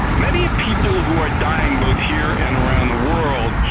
many people who are dying both here and around the world